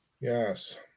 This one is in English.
yes